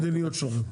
מה המדיניות שלכם?